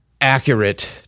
accurate